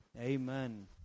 Amen